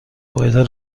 پایدار